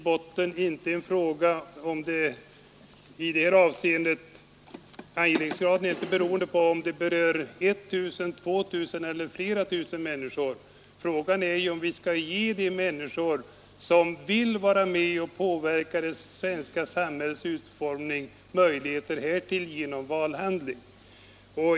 Men angelägenhetsgraden är inte beroende av om detta berör ett, två eller flera tusen människor, utan frågan är om vi skall ge de människor som vill vara med och påverka det svenska samhällets utformning möjligheter härtill genom en valhandling.